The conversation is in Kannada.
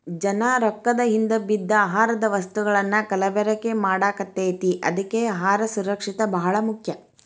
ಜನಾ ರೊಕ್ಕದ ಹಿಂದ ಬಿದ್ದ ಆಹಾರದ ವಸ್ತುಗಳನ್ನಾ ಕಲಬೆರಕೆ ಮಾಡಾಕತೈತಿ ಅದ್ಕೆ ಅಹಾರ ಸುರಕ್ಷಿತ ಬಾಳ ಮುಖ್ಯ